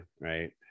right